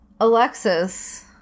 alexis